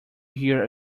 here